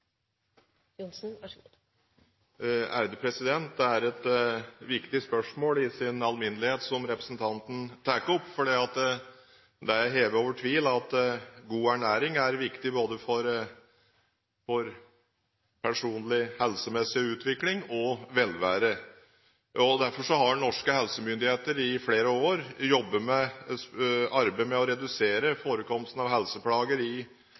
viktig spørsmål i sin alminnelighet som representanten tar opp, for det er hevet over tvil at god ernæring er viktig både for personlig helsemessig utvikling og for velvære. Derfor har norske helsemyndigheter i flere år arbeidet med å redusere forekomsten av helseplager som skyldes dårlig kosthold i